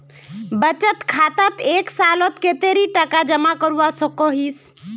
बचत खातात एक सालोत कतेरी टका जमा करवा होचए?